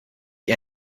ihr